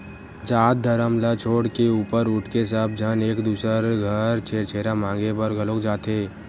जात धरम ल छोड़ के ऊपर उठके सब झन एक दूसर घर छेरछेरा मागे बर घलोक जाथे